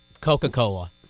Coca-Cola